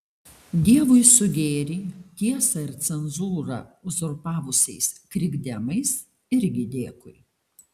dievui su gėrį tiesą ir cenzūrą uzurpavusiais krikdemais irgi dėkui